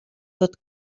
tot